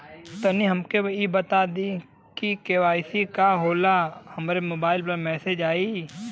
तनि हमके इ बता दीं की के.वाइ.सी का होला हमरे मोबाइल पर मैसेज आई?